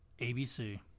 ABC